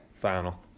Final